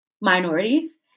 minorities